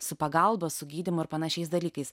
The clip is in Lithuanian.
su pagalba su gydymu ar panašiais dalykais